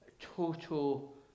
total